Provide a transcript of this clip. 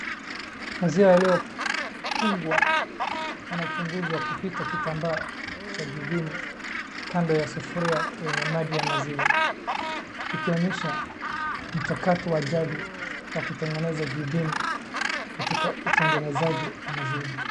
Maziwa yaliyopungwa yanachunguzwa kupita kitambaa cha jibini kando ya sufuria yenye maji ya maziwa ikionyesha mchakato wa jadi wa kutengeneza jibini katika utengenezaji wa maziwa.